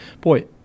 boy